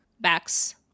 Backs